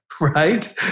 right